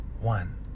one